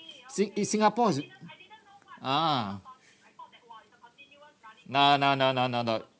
sing~ in singapore is ah no no no no no no